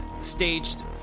staged